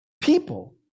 people